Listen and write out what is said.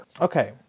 Okay